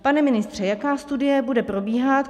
Pane ministře, jaká studie bude probíhat?